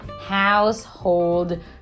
household